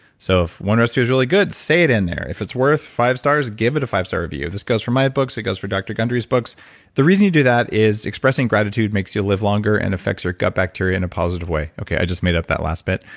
so if one of us feels really good, say it in there. if it's worth five stars, give it a five star review. this goes from my books, it goes for dr. gundry's books the reason you do that is expressing gratitude makes you live longer and affects your gut bacteria in a positive way. okay, i just made up that last bit,